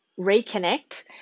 reconnect